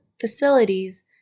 facilities